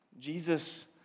Jesus